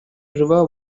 river